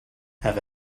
have